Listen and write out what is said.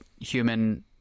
human